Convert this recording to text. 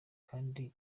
kandi